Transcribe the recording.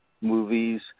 movies